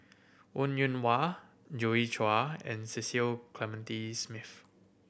Wong Yoon Wah Joi Chua and Cecil Clementi Smith